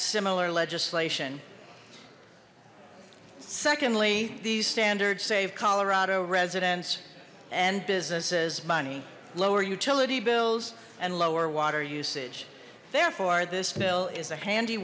similar legislation secondly these standards save colorado residents and businesses money lower utility bills and lower water usage therefore this bill is a handy